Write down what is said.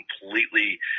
completely